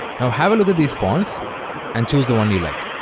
now have a look at these fonts and choose the one you like